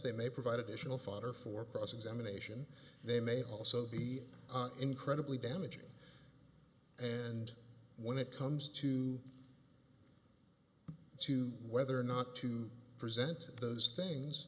they may provide additional fodder for process emanation they may also be incredibly damaging and when it comes to to whether or not to present those things